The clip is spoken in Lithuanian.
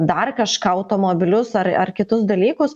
dar kažką automobilius ar ar kitus dalykus